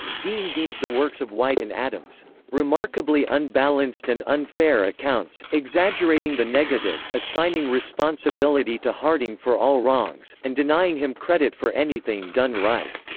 dean deems the works of white and adams remarkably unbalanced and unfair accounts, exaggerating the negative, assigning responsibility to harding for all wrongs, and denying him credit for anything done right.